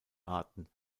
arten